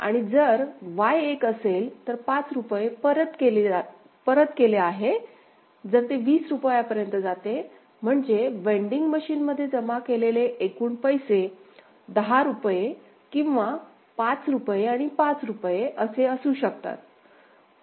आणि जर Y 1 असेल तर 5 रुपये परत केले आहेत जर ते 20 रुपयांपर्यंत जाते म्हणजे वेंडिंग मशीनमध्ये जमा केलेले एकूण पैसे १० रुपये किंवा 5 रुपये आणि 5 रुपये असे असू शकतात